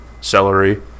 celery